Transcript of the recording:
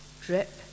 drip